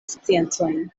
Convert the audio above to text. sciencojn